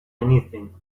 anything